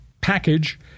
package